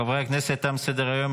חברי הכנסת, תם סדר-היום.